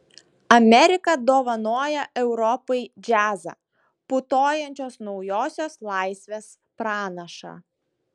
amerika dovanoja europai džiazą putojančios naujosios laisvės pranašą